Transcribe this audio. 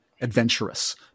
adventurous